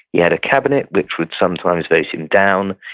he had a cabinet, which would sometimes vote him down.